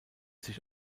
sich